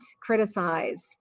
criticize